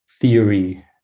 theory